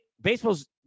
Baseball's